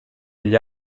gli